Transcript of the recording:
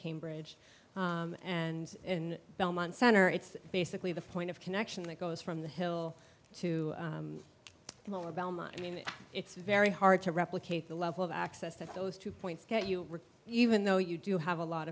cambridge and in belmont center it's basically the point of connection that goes from the hill to the lower belmont i mean it's very hard to replicate the level of access that those two points get you even though you do have a lot